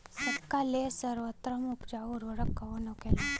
सबका ले सर्वोत्तम उपजाऊ उर्वरक कवन होखेला?